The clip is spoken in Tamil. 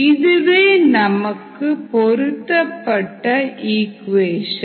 இதுவே நமது பொருத்தப்பட்ட இக்குவேஷன்